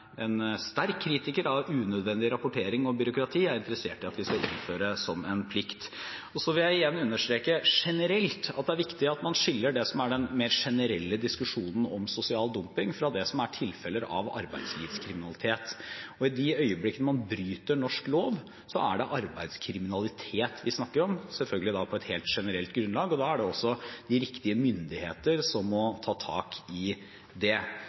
en sterk kritiker av unødvendig rapportering og byråkrati, er interessert i at vi skal innføre som en plikt. Så vil jeg igjen understreke generelt at det er viktig at man skiller det som er den mer generelle diskusjonen om sosial dumping, fra det som er tilfeller av arbeidslivskriminalitet. I de øyeblikkene man bryter norsk lov, er det arbeidskriminalitet vi snakker om – selvfølgelig da på et helt generelt grunnlag. Da er det også de riktige myndigheter som må ta tak i det.